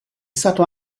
stato